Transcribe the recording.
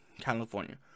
California